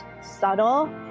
subtle